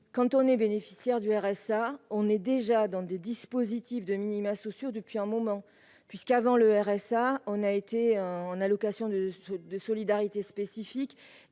quand on est bénéficiaire du RSA, on est déjà dans des dispositifs de minima sociaux depuis un moment : avant le RSA, on a bénéficié de l'allocation de solidarité spécifique